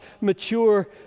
mature